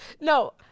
No